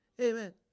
Amen